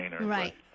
right